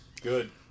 good